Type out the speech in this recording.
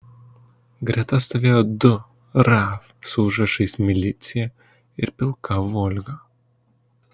greta stovėjo du raf su užrašais milicija ir pilka volga